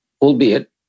Albeit